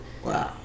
Wow